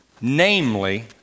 namely